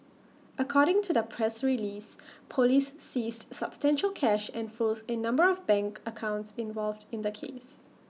according to the press release Police seized substantial cash and froze A number of bank accounts involved in the case